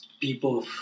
people